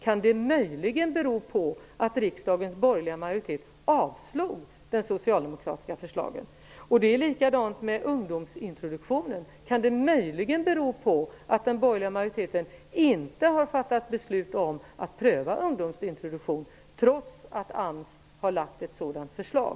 Kan det möjligen bero på att riskdagens borgerliga majoriet avslog det socialdemokratiska förslaget? Det är likadant med ungdomsintroduktionen. Kan det möjligen bero på att den borgerliga majoriteten inte har fattat beslut om att pröva ungdomsintroduktion trots att AMS också har lagt fram ett sådant förslag?